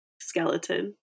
skeleton